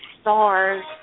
stars